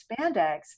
spandex